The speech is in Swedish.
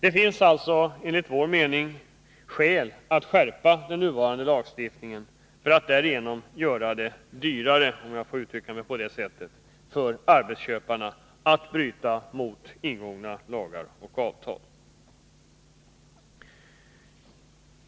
Enligt vår mening finns det alltså skäl att skärpa den nuvarande lagstiftningen för att det därigenom skall bli dyrare — om jag får uttrycka mig på det sättet — för arbetsköparna att bryta mot lagar och ingångna avtal.